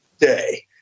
day